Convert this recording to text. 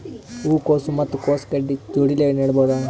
ಹೂ ಕೊಸು ಮತ್ ಕೊಸ ಗಡ್ಡಿ ಜೋಡಿಲ್ಲೆ ನೇಡಬಹ್ದ?